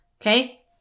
okay